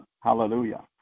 Hallelujah